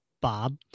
Bob